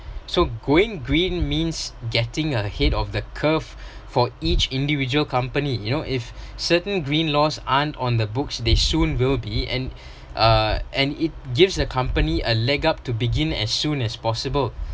so going green means getting ahead of the curve for each individual company you know if certain green laws aren't on the books they soon will be and uh and it gives the company a leg up to begin as soon as possible